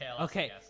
Okay